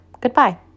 Goodbye